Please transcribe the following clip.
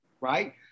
right